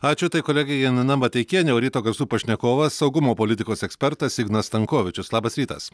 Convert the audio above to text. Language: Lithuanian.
ačiū tai kolegė janina mateikienė o ryto garsų pašnekovas saugumo politikos ekspertas ignas stankovičius labas rytas